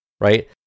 Right